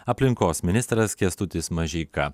aplinkos ministras kęstutis mažeika